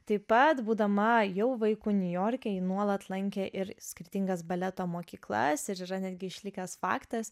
taip pat būdama jau vaiku niujorke ji nuolat lankė ir skirtingas baleto mokyklas ir yra netgi išlikęs faktas